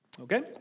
Okay